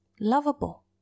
lovable